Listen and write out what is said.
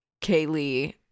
kaylee